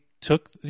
took